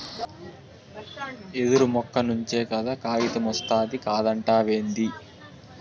యెదురు మొక్క నుంచే కదా కాగితమొస్తాది కాదంటావేంది